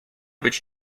być